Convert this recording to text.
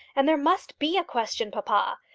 and there must be a question, papa.